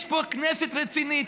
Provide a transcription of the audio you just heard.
יש פה כנסת רצינית,